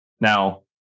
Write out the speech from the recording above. Now